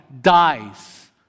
dies